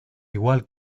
igual